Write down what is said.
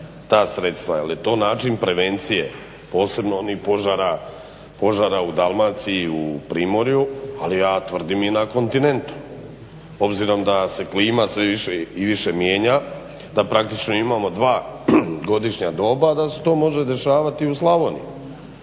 ta sredstva, je li to način prevencije, posebno onih požara u Dalmaciji, u primorju, ali ja tvrdim i na kontinentu obzirom da se klima sve više i više mijenja, da praktično imamo dva godišnja doba, da se to može dešavati i u Slavoniji